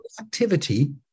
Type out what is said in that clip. activity